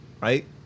right